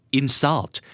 insult